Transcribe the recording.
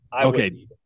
Okay